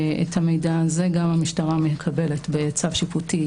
את המידע הזה גם המשטרה מקבלת בצו שיפוטי